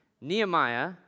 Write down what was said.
Nehemiah